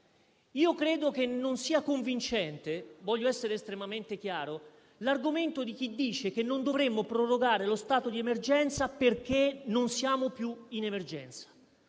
Credo non sia convincente - voglio essere estremamente chiaro - l'argomento di chi dice che non dovremmo prorogare lo stato di emergenza perché non siamo più in emergenza.